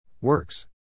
Works